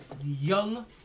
young